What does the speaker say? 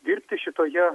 dirbti šitoje